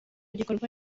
gikorwa